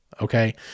Okay